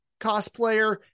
cosplayer